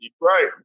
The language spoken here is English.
right